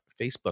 Facebook